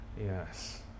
Yes